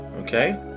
Okay